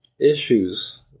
issues